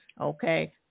Okay